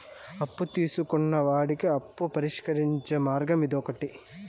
అప్పు తీసుకున్న వాళ్ళకి అప్పు పరిష్కరించే మార్గం ఇదొకటి